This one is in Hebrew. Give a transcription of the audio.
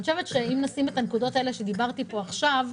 אני חושבת שאם נשים את הנקודות האלה שדיברתי עליהן כאן עכשיו,